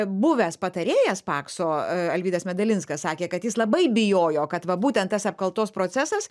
buvęs patarėjas pakso alvydas medalinskas sakė kad jis labai bijojo kad va būtent tas apkaltos procesas